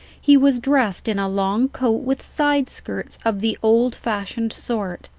he was dressed in a long coat with side skirts of the old fashioned sort,